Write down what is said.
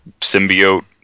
symbiote